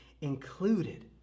included